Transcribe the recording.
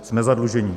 Jsme zadlužení.